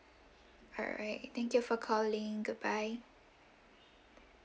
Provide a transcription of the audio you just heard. alright thank you for calling goodbye